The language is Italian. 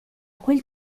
quel